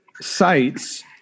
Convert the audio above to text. Sites